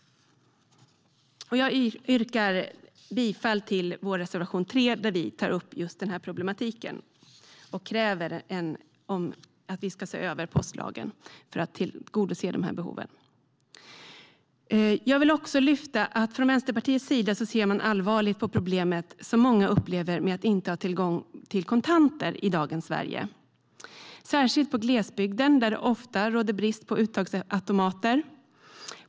Jag yrkar bifall till vår reservation 3, där vi tar upp just den här problematiken och kräver att postlagen ses över för att tillgodose de här behoven. Från Vänsterpartiets sida ser vi allvarligt på problemet som många upplever med att inte ha tillgång till kontanter i dagens Sverige, särskilt i glesbygden där det ofta råder brist på uttagsautomater.